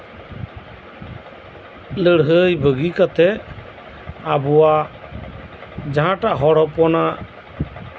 ᱞᱟᱹᱲᱦᱟᱹᱭ ᱵᱟᱹᱜᱤ ᱠᱟᱛᱮᱜ ᱟᱵᱚᱣᱟᱜ ᱡᱟᱸᱦᱟᱴᱟᱜ ᱦᱚᱲ ᱦᱚᱯᱚᱱᱟᱜ